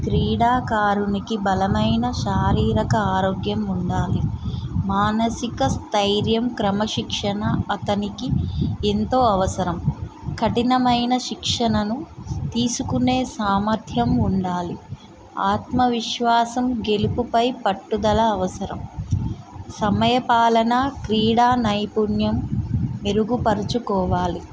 క్రీడాకారునికి బలమైన శారీరక ఆరోగ్యం ఉండాలి మానసిక స్థైర్యం క్రమశిక్షణ అతనికి ఎంతో అవసరం కఠినమైన శిక్షణను తీసుకునే సామర్థ్యం ఉండాలి ఆత్మవిశ్వాసం గెలుపుపై పట్టుదల అవసరం సమయపాలన క్రీడా నైపుణ్యం మెరుగుపరుచుకోవాలి